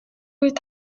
үед